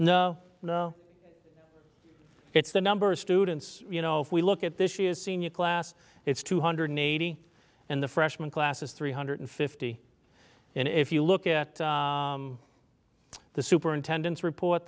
no no it's the number of students you know if we look at this year's senior class it's two hundred eighty and the freshman class is three hundred fifty and if you look at the superintendents report